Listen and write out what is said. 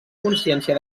consciència